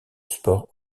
sport